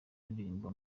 aririmba